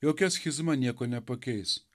jokia schizma nieko nepakeis